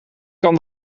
kan